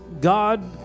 God